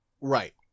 Right